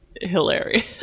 hilarious